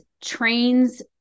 trains